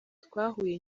twahuye